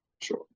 Sure